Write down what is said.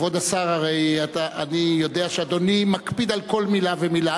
כבוד השר, אני יודע שאדוני מקפיד על כל מלה ומלה.